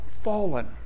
fallen